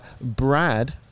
Brad